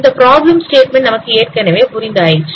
இந்த problem statement நமக்கு ஏற்கனவே புரிந்து ஆயிற்று